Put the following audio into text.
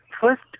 first